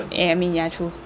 yeah I mean ya true